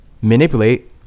manipulate